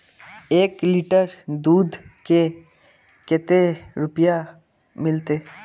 एक लीटर दूध के कते रुपया मिलते?